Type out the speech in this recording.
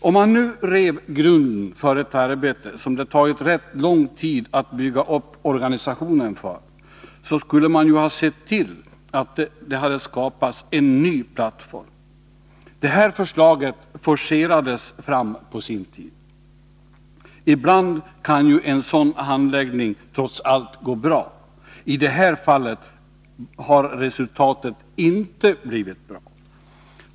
Om man nu rev grunden för ett arbete som det tagit rätt lång tid att bygga upp organisationen för, så borde man ha sett till att det hade skapats en ny plattform. Det här förslaget forcerades fram på sin tid. Ibland kan en sådan handläggning trots allt gå bra. I detta fall har resultatet inte blivit bra.